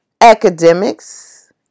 academics